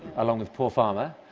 along with paul farmer.